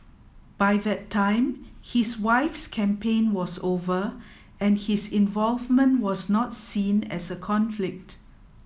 by that time his wife's campaign was over and his involvement was not seen as a conflict